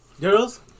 girls